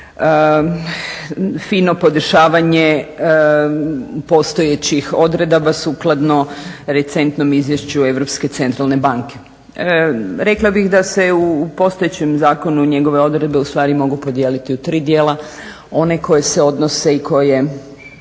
fino podešavanje postojećih odredaba sukladno recentnom izvješću Europske centralne banke. Rekla bih da se u postojećem zakonu njegove odredbe ustvari mogu podijeliti u tri dijela. One koje se odnose i koje